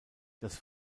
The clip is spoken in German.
das